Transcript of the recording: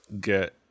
get